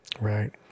right